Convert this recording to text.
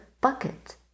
bucket